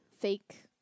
fake